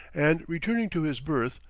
and returning to his berth,